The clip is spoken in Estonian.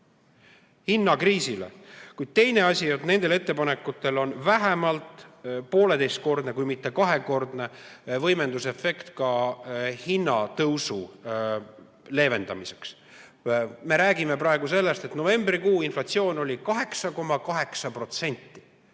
hinnakriisile, kuid teine asi: nendel ettepanekutel on vähemalt pooleteistkordne, kui mitte kahekordne võimendusefekt ka hinnatõusu leevendamiseks. Me räägime praegu sellest, lugupeetav parlament, et novembrikuu inflatsioon oli 8,8%,